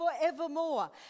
forevermore